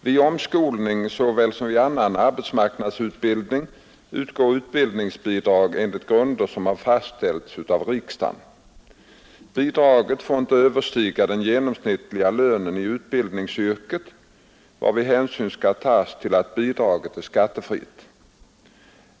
Vid omskolning såväl som vid annan arbetsmarknadsutbildning utgår utbildningsbidrag enligt grunder som har fastställts av riksdagen. Bidraget får inte överstiga den genomsnittliga lönen i utbildningsyrket, varvid hänsyn skall tas till att bidraget är skattefritt.